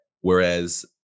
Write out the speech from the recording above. whereas